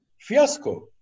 fiasco